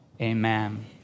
amen